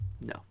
No